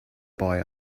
boy